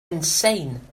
insane